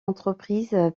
entreprise